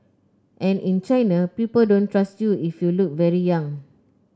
and in China people don't trust you if you look very young